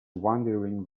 wandering